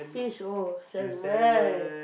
fish oh salmon